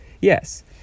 Yes